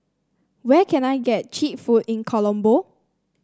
where can I get cheap food in Colombo